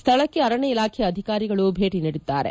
ಸ್ವಳಕ್ಕೆ ಅರಣ್ಯ ಇಲಾಖೆ ಅಧಿಕಾರಿಗಳು ಭೇಟಿ ನೀಡಿದ್ದಾರೆ